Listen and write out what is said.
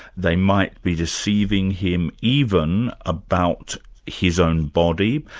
they might be deceiving him even about his own body,